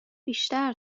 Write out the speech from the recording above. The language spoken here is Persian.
بیشتر